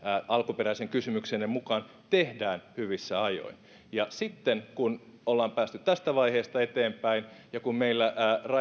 alkuperäisen kysymyksenne mukaan tehdään hyvissä ajoin sitten kun ollaan päästy tästä vaiheesta eteenpäin ja kun meillä